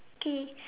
okay